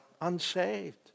Unsaved